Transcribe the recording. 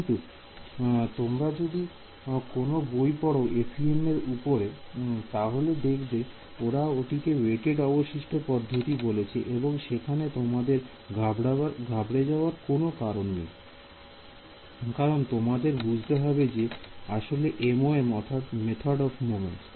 কিন্তু তোমরা যদি কোন বই পড়ো FEM এর উপরে তাহলে দেখবে ওরা এটিকে ওয়েটেড অবশিষ্ট পদ্ধতি বলছে এবং সেখান তোমাদের ঘাবড়ে যাওয়ার কোন কারণ নেই কারণ তোমাদের বুঝতে হবে যে এটি আসলে MOM মেথড অফ মোমেন্টস